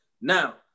now